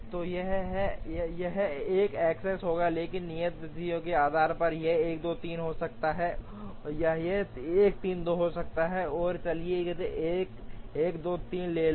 तो यह 1 xx होगा लेकिन नियत तिथियों के आधार पर यह 1 2 3 हो सकता है या यह 1 3 2 हो सकता है तो चलिए केस १ २ ३ ले लो